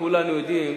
כולנו יודעים,